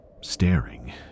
staring